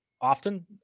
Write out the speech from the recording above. Often